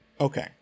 Okay